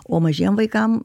o mažiem vaikam